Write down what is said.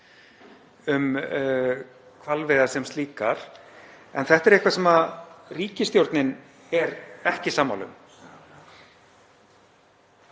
um hvalveiðar sem slíkar. En þetta er eitthvað sem ríkisstjórnin er ekki sammála um.